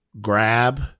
grab